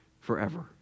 forever